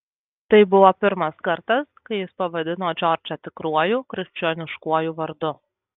tai buvo pirmas kartas kai jis pavadino džordžą tikruoju krikščioniškuoju vardu